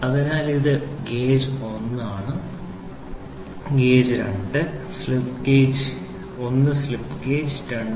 അതിനാൽ ഇത് ഗേജ് 1 ആണ് ഇത് gauge 2 slip gauge 1 slip gauge 2